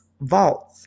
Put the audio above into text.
vaults